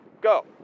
go